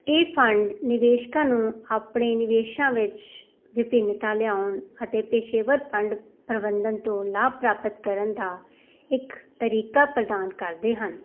ਇਹ ਫੰਡ ਨਿਵੇਸ਼ਕਾਂ ਨੂੰ ਆਪਣੇ ਨਿਵੇਸ਼ਾਂ ਵਿੱਚ ਵਿਭਿੰਨਤਾ ਲਿਆਉਣ ਅਤੇ ਪੇਸ਼ੇਵਰ ਫੰਡ ਪ੍ਰਬੰਧਨ ਤੋਂ ਲਾਭ ਪ੍ਰਾਪਤ ਕਰਨ ਦਾ ਇੱਕ ਤਰੀਕਾ ਪ੍ਰਦਾਨ ਕਰਦੇ ਹਨ